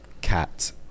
cat